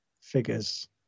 figures